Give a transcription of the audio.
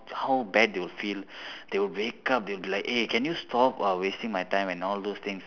how bad they will feel they will wake up they'll be like hey can you stop uh wasting my time and all those things